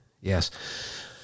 Yes